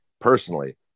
personally